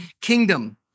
kingdom